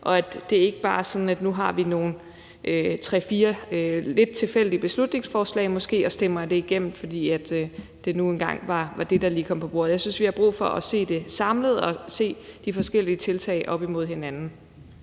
og at det ikke bare er sådan, at vi nu har tre-fire måske lidt tilfældige beslutningsforslag, som vi stemmer igennem, fordi det nu engang lige var det, der kom på bordet. Jeg synes, vi har brug for at se det samlet og at se de forskellige tiltag op imod hinanden.